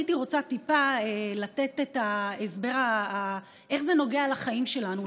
הייתי רוצה לתת את ההסבר איך זה נוגע לחיים שלנו,